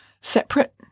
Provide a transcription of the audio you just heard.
separate